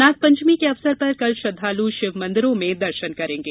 नागपंचमी के अवसर पर कल श्रद्वालु शिवमंदिरों में दर्शन करेंगे